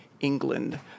England